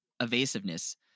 evasiveness